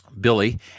Billy